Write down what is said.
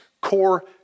core